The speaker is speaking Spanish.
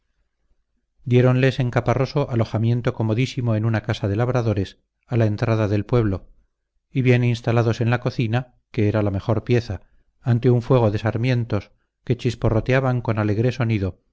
guerra diéronles en caparroso alojamiento comodísimo en una casa de labradores a la entrada del pueblo y bien instalados en la cocina que era la mejor pieza ante un fuego de sarmientos que chisporroteaban con alegre sonido